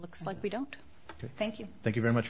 looks like we don't thank you thank you very much